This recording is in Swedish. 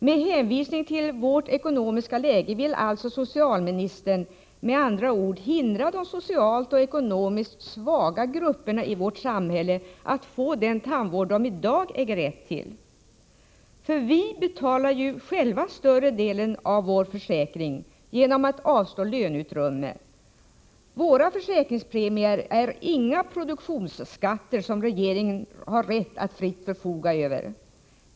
Med hänvisning till vårt ekonomiska läge vill socialministern med andra ord hindra de socialt och ekonomiskt svaga grupperna i vårt samhälle att få den tandvård de i dag äger rätt till. Vi betalar ju själva större delen av vår försäkring genom att avstå löneutrymme. Våra försäkringspremier är inga produktionsskatter som regeringen har rätt att fritt förfoga över.